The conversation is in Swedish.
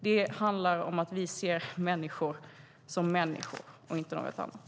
Det handlar om att vi ser människor som människor och inte något annat.